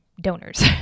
donors